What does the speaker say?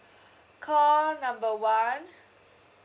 call number one